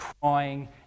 crying